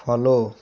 follow